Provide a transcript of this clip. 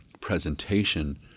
presentation